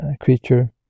creature